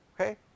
okay